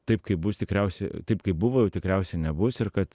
taip kaip bus tikriausia taip kaip buvo jau tikriausiai nebus ir kad